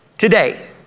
Today